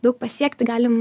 daug pasiekti galim